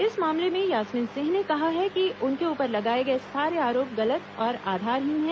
इस मामले में यास्मीन सिंह ने कहा है कि उनके ऊ पर लगाए गए सारे आरोप गलत और आधारहीन है